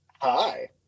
Hi